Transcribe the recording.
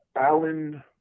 Alan